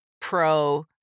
pro